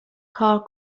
کار